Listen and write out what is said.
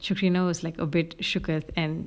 should she know is like a bit sugars and